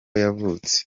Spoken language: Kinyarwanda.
yavutse